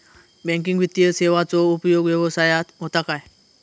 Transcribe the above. Banking वित्तीय सेवाचो उपयोग व्यवसायात होता काय?